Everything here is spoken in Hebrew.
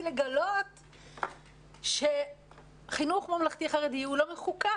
לגלות שחינוך ממלכתי-חרדי לא מחוקק.